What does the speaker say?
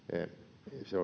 se